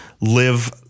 live